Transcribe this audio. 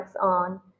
on